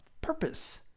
purpose